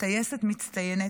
טייסת מצטיינת,